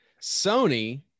sony